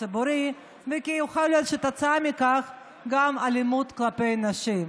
הציבורי ויכול להיות שכתוצאה מכך גם אלימות כלפי נשים.